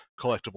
collectible